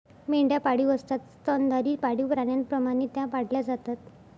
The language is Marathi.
मेंढ्या पाळीव असतात स्तनधारी पाळीव प्राण्यांप्रमाणे त्या पाळल्या जातात